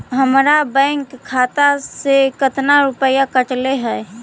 हमरा बैंक खाता से कतना रूपैया कटले है?